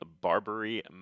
barbary